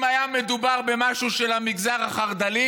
אם היה מדובר במשהו של המגזר החרד"לי,